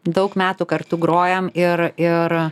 daug metų kartu grojam ir ir